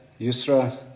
Yusra